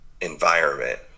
environment